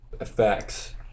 effects